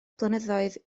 blynyddoedd